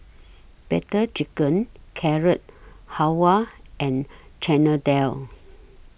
Butter Chicken Carrot Halwa and Chana Dal